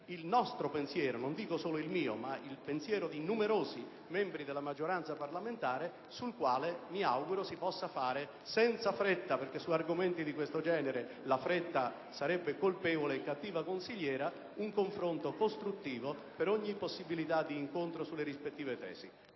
il nostro pensiero (non dico solo il mio, ma di numerosi membri della maggioranza parlamentare), sul quale mi auguro si possa fare senza fretta - perché su argomenti di questo genere la fretta sarebbe colpevole e cattiva consigliera - un confronto costruttivo per ogni possibilità di incontro sulle rispettive tesi.